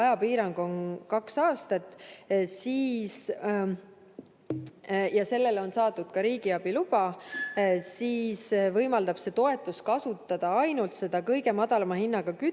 ajapiirang on kaks aastat ning sellele on saadud ka riigiabiluba, siis võimaldab see toetus kasutada ainult seda kõige madalama hinnaga kütust